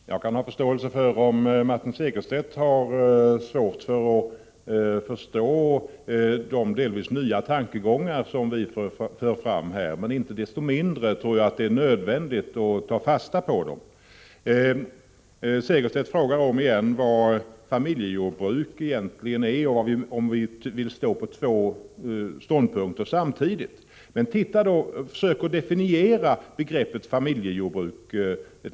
Herr talman! Jag kan ha förståelse för om Martin Segerstedt har svårt att begripa de delvis nya tankegångar som vi för fram här, men inte desto mindre tror jag att det är nödvändigt att ta fasta på dem. Martin Segerstedt frågar om igen vad familjejordbruk egentligen är och om vi vill stå fast vid två ståndpunkter samtidigt. Men försök då att definiera begreppet familjejordbruk!